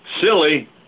silly